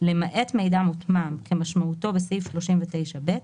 למעט מידע מותמם כמשמעותו בסעיף 39(ב),